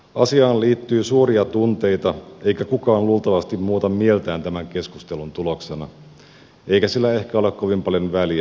asiaan liittyy suuria tunteita eikä kukaan luultavasti muuta mieltään tämän keskustelun tuloksena eikä sillä ehkä ole kovin paljon väliä